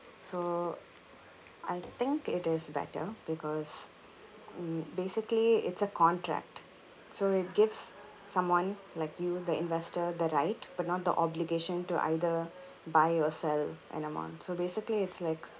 so I think it is better because um basically it's a contract so it gives someone like you the investor the right but not the obligation to either buy or sell an amount so basically it's like